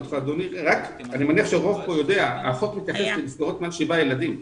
אני מניח שהרוב כאן יודע שהחוק מתייחס למסגרות מעל שבעה ילדים.